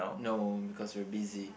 no because we're busy